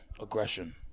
Aggression